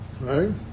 Right